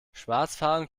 schwarzfahren